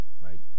right